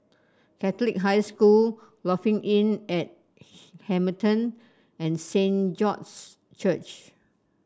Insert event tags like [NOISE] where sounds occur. Catholic High School Lofi Inn at [NOISE] Hamilton and Saint George's Church